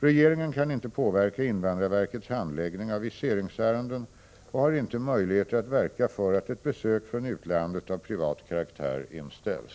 Regeringen kan inte påverka invandrarverkets handläggning av viseringsärenden och har inte möjligheter att verka för att ett besök från utlandet av privat karaktär inställs.